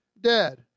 dead